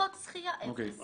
בריכות שחייה אפס.